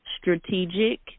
Strategic